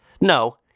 No